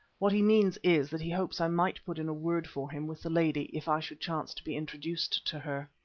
what he means is that he hopes i might put in a word for him with the lady, if i should chance to be introduced to her.